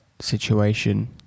situation